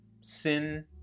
sin